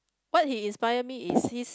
what he inspire me is he's